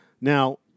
Now